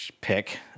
pick